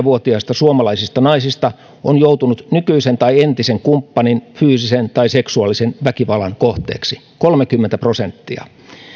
vuotiaista suomalaisista naisista on joutunut nykyisen tai entisen kumppanin fyysisen tai seksuaalisen väkivallan kohteeksi kolmekymmentä prosenttia